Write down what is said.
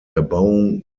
erbauung